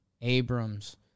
Abrams